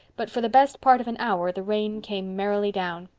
but for the best part of an hour the rain came merrily down.